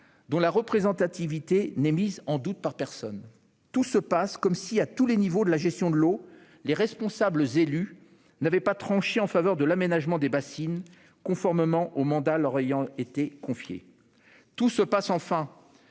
dont la représentativité n'est mise en doute par personne. Tout se passe comme si, à tous les niveaux de la gestion de l'eau, les responsables élus n'avaient pas tranché en faveur de l'aménagement des bassines, conformément au mandat leur ayant été confié. Tout se passe, enfin,